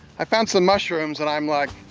i found some mushrooms, and i'm like,